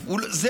67',